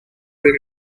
will